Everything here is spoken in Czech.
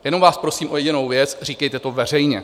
Jenom vás prosím o jedinou věc, říkejte to veřejně.